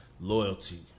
loyalty